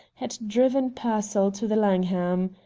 had driven pearsall to the langham.